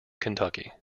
kentucky